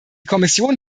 kommission